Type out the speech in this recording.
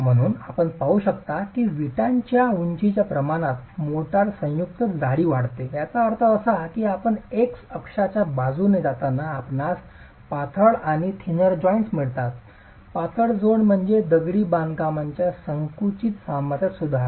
म्हणून आपण पाहू शकता की विटाच्या उंचीच्या प्रमाणात मोर्टार संयुक्त जाडी वाढते याचा अर्थ असा की आपण एक्स अक्षाच्या बाजूने जाताना आपणास पातळ आणि थिंन्नर जॉइन्ट्स मिळतात पातळ जोड म्हणजे दगडी बांधकामाच्या संकुचित सामर्थ्यात सुधारणा